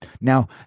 Now